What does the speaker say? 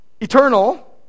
eternal